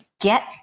get